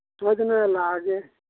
ꯁꯣꯏꯗꯅ ꯂꯥꯛꯑꯒꯦ